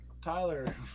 Tyler